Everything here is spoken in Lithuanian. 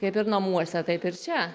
kaip ir namuose taip ir čia